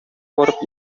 барып